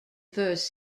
first